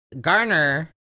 Garner